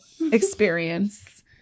experience